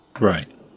Right